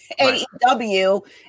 AEW